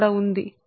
కాబట్టి M12మీ 0